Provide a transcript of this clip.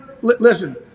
listen